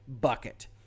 bucket